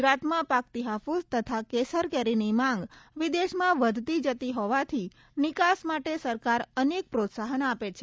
ગુજરાતમાં પાકતી હાફૂસ તથા કેસર કેરીની માંગ વિદેશમાં વધતી જતી હોવાથી નિકાસ માટે સરકાર એક પોત્સાહન આપે છે